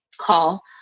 call